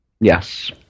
Yes